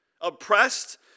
oppressed